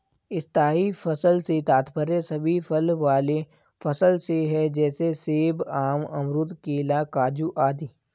स्थायी फसल से तात्पर्य सभी फल वाले फसल से है जैसे सेब, आम, अमरूद, केला, काजू आदि